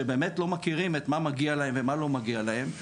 שבאמת לא מכירים בדיוק מה מגיע להם ומה לא מגיע להם.